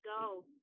go